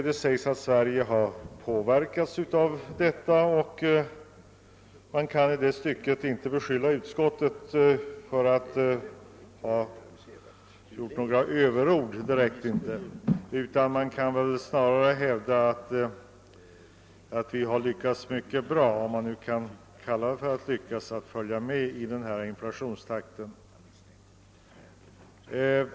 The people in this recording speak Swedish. Det sägs att Sverige har påverkats härav, och man kan i det stycket inte direkt beskylla utskottet för att begagna överord. Snarare kan det hävdas att vi har lyckats mycket bra, om man nu får uttrycka sig på detta sätt, när det gällt att följa med i inflationstakten.